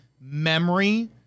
memory